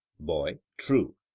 boy true.